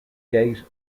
gate